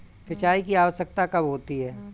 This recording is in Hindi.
सिंचाई की आवश्यकता कब होती है?